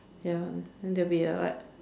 ya then there will be a like